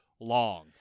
long